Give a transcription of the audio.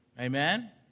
Amen